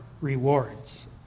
rewards